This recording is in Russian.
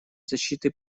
защиты